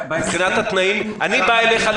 מבחינת התנאים אני בא אליך,